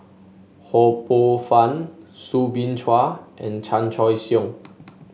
Ho Poh Fun Soo Bin Chua and Chan Choy Siong